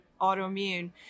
autoimmune